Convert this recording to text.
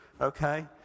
Okay